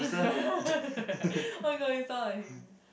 oh my god you sound like him